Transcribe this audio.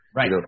Right